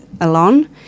alone